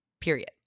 period